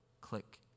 click